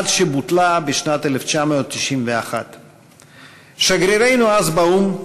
עד שבוטלה בשנת 1991. שגרירנו אז באו"ם,